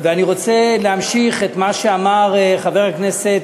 ואני רוצה להמשיך את מה שאמר חבר הכנסת